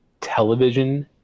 television